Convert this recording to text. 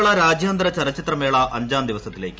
കേരള രാജ്യാന്തര ചലച്ചിത്ര മേള അഞ്ചാം ദിവസത്തിലേക്ക്